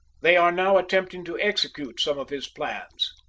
they are now attempting to execute some of his plans.